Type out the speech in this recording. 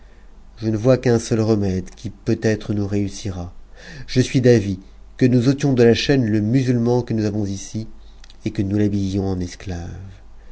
je ne vois qu'un seul remède qui peut-être nous réussira je suis g que nous étions de la chaîne le musulman que nous avons ici et nous l'habillions en esclave